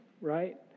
right